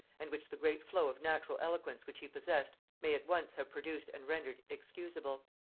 and which the great flow of natural eloquence which he possessed may at once have produced and rendered excusable.